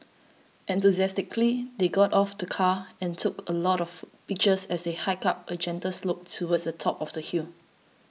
enthusiastically they got out of the car and took a lot of pictures as they hiked up a gentle slope towards the top of the hill